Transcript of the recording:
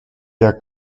der